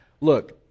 Look